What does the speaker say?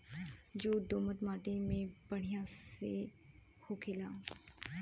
jute दोमट मट्टी में बढ़िया से होखेला